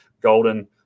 Golden